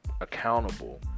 accountable